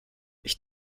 ich